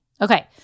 Okay